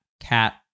cat